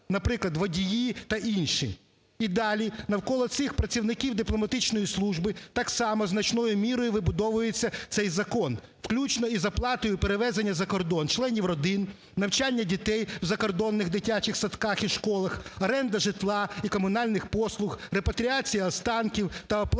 наприклад, водії та інші. І далі навколо цих працівників дипломатичної служби так само значною мірою вибудовується цей закон, включно із оплатою перевезення за кордон членів родин, навчання дітей в закордонних дитячих садках і школах, оренда житла і комунальних послуг, репатріація останків та оплата